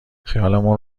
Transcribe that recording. خیالمون